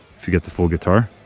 if you get the full guitar.